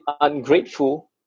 ungrateful